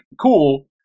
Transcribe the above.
cool